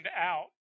out